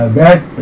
bad